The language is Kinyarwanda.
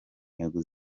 ntego